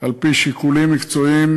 על-פי שיקולים מקצועיים,